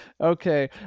Okay